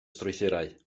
strwythurau